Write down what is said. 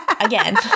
again